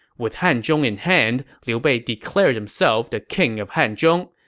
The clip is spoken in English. with hanzhong in hand, liu bei declared himself the king of hanzhong,